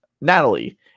Natalie